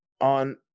on